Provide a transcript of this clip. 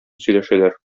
сөйләшәләр